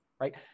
right